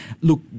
Look